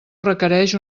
requereix